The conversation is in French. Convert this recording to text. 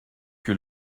que